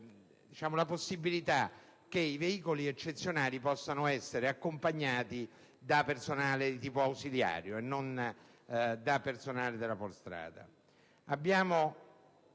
alla possibilità che i veicoli eccezionali siano accompagnati da personale di tipo ausiliario e non da personale della Polstrada. Abbiamo